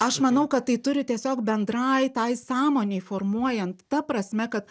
aš manau kad tai turi tiesiog bendrai tai sąmonei formuojant ta prasme kad